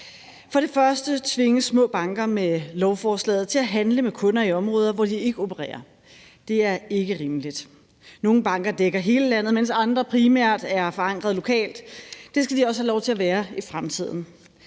For det første tvinges små banker med lovforslaget til at handle med kunder i områder, hvor de ikke opererer. Det er ikke rimeligt. Nogle banker dækker hele landet, mens andre primært er forankret lokalt. Det skal de også have lov til at være i fremtiden.